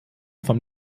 vom